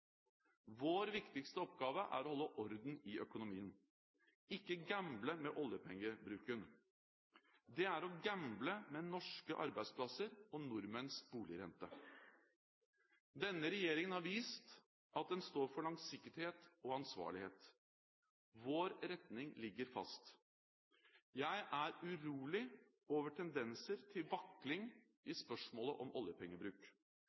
Vår viktigste oppgave er å holde orden i økonomien, ikke gamble med oljepengebruken. Det er å gamble med norske arbeidsplasser og nordmenns boligrente. Denne regjeringen har vist at den står for langsiktighet og ansvarlighet. Vår retning ligger fast. Jeg er urolig over tendenser til vakling i spørsmålet om oljepengebruk,